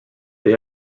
they